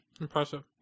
Impressive